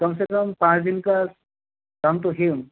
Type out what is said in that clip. कम से कम पाँच दिन का काम तो है